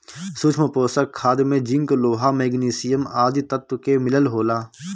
सूक्ष्म पोषक खाद में जिंक, लोहा, मैग्निशियम आदि तत्व के मिलल होला